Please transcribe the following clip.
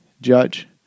judge